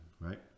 right